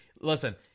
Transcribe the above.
listen